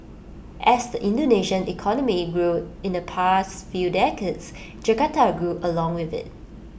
as the Indonesian economy grew in the past few decades Jakarta grew along with IT